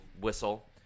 whistle